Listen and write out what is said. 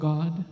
God